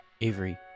Avery